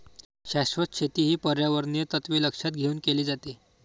शाश्वत शेती ही पर्यावरणीय तत्त्वे लक्षात घेऊन केली जाते